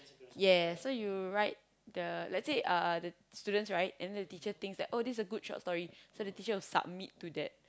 yeah so you write the let's say uh the students write and then the teacher thinks that oh this is a good short story so the teacher will submit to that